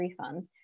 refunds